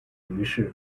于是